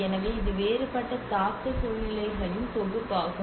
எனவே இது வேறுபட்ட தாக்க சூழ்நிலைகளின் தொகுப்பாகும்